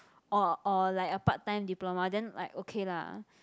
or or like a part time diploma then like okay lah